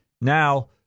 Now